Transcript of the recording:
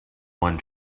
one